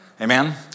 Amen